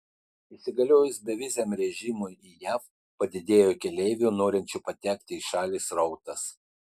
įsigaliojus beviziam režimui į jav padidėjo keleivių norinčių patekti į šalį srautas